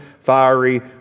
fiery